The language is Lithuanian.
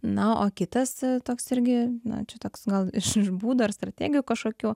na o kitas toks irgi na čia toks gal iš būdo ar strategijų kažkokių